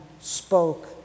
spoke